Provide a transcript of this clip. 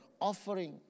offering